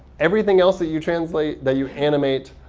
everything else that you translate, that you animate,